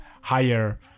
higher